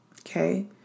okay